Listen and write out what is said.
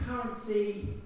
currency